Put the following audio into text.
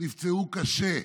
נפצעו קשה,